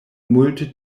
multe